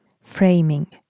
framing